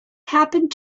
happened